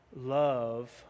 love